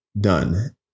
done